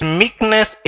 meekness